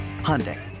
Hyundai